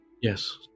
yes